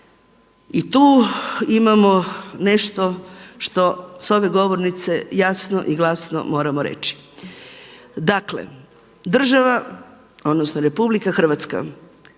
i tu imamo nešto što s ove govornice jasno i glasno moramo reći. Dakle, država odnosno RH o svojim